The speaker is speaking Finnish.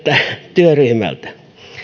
työryhmältä